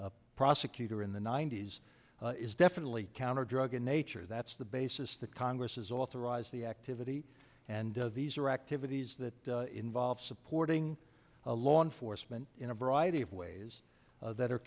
a prosecutor in the ninety's is definitely counterdrug in nature that's the basis the congress has authorized the activity and these are activities that involve supporting a law enforcement in a variety of ways that are